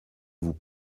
vous